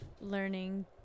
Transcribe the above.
learning